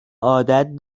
عادت